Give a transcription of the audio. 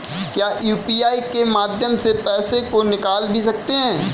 क्या यू.पी.आई के माध्यम से पैसे को निकाल भी सकते हैं?